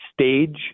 stage